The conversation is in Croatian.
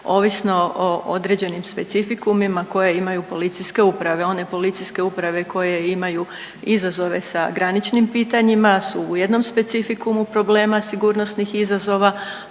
ovisno o određenim specifikumima koje imaju policijske uprave. One policijske uprave koje imaju izazove sa graničnim pitanjima su u jednom specifikumu problema sigurnosnih izazova,